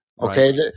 okay